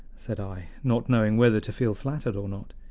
said i, not knowing whether to feel flattered or not.